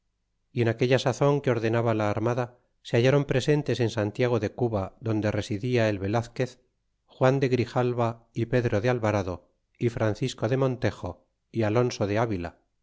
y en aquella sazon que ordenaba la armada se hallaron presentes en santiago de cuba donde residia el velazquez juan de grijalva y pedro de alvarado y francisco de montejo alonso de avila